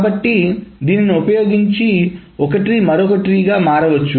కాబట్టి దీనిని ఉపయోగించి ఒక ట్రీ మరొక ట్రీ గా మార్చవచ్చు